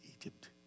Egypt